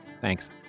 Thanks